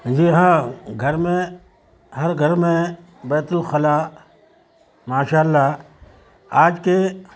جی ہاں گھر میں ہر گھر میں بیت الخلا ماشاء اللہ آج کے